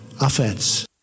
offense